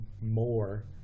more